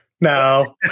no